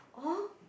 oh